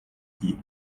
key